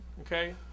Okay